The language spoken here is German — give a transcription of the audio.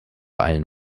eilen